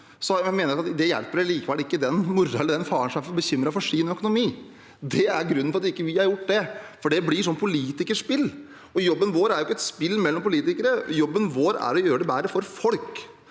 likevel ikke den moren eller den faren som er bekymret for sin økonomi. Det er grunnen til at vi ikke har gjort det. For det blir et slags politikerspill, og jobben vår er jo ikke et spill mellom politikere; jobben vår er å gjøre det bedre for folk.